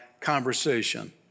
conversation